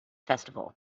festival